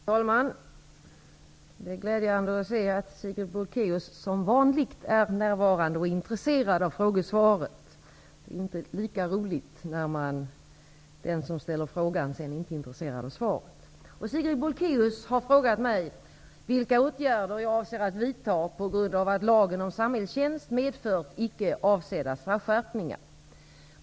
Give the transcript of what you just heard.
Fru talman! Det är glädjande att se att Sigrid Bolkéus som vanligt är närvarande och intresserad av frågesvaret. Det är inte lika roligt när den som ställt frågan inte är intresserad av svaret. Sigrid Bolkéus har frågat mig vilka åtgärder jag avser att vidta på grund av att lagen om samhällstjänst medfört icke avsedda straffskärpningar.